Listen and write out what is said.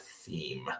theme